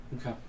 Okay